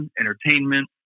entertainment